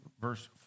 verse